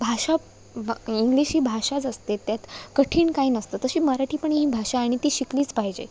भाषा बा इंग्लिश ही भाषाच असते त्यात कठीण काही नसतं तशी मराठी पण ही भाषा आहे आणि ती शिकलीचं पाहिजे